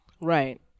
Right